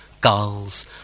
Gulls